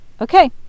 Okay